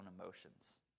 emotions